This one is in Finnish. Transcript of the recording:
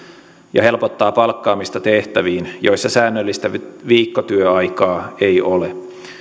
ja helpottaa palkkaamista tehtäviin joissa säännöllistä viikkotyöaikaa ei ole